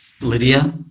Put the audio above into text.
Lydia